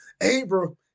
Abraham